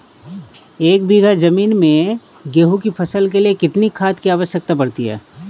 एक बीघा ज़मीन में गेहूँ की फसल के लिए कितनी खाद की आवश्यकता पड़ती है?